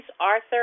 Arthur